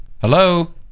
Hello